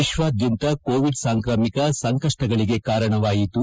ವಿಶ್ವಾದ್ಯಂತ ಕೋವಿಡ್ ಸಾಂಕ್ರಾಮಿಕ ಸಂಕಷ್ಟಗಳಿಗೆ ಕಾರಣವಾಯಿತು